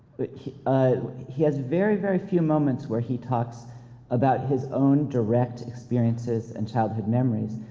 he ah he has very, very few moments where he talks about his own direct experiences and childhood memories.